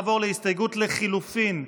נעבור להסתייגות לחלופין,